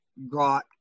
Got